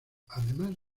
además